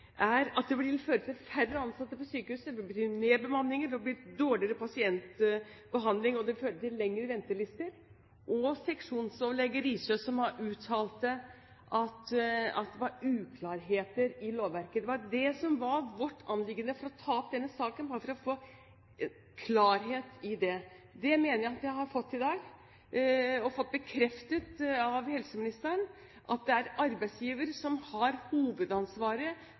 er at det vil bli færre ansatte ved sykehus. Det vil bety nedbemanninger, det blir dårligere pasientbehandling, og det vil føre til lengre ventelister. Seksjonsoverlege Risøe har uttalt at det var uklarheter i lovverket. Det var det som var vårt anliggende for å ta opp denne saken, å få klarhet i det. Det mener jeg at vi har fått i dag. Vi har fått bekreftet av helseministeren at det er arbeidsgiver som har hovedansvaret